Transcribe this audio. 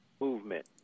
movement